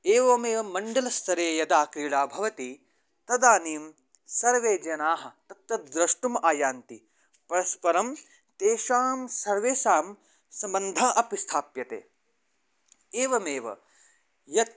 एवमेव मण्डलस्तरे यदा क्रीडा भवति तदानीं सर्वे जनाः तत् तत् द्रष्टुम् आयान्ति परस्परं तेषां सर्वेषां सम्बन्धाः अपि स्थाप्यन्ते एवमेव यत्